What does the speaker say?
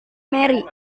mary